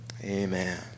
Amen